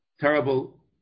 terrible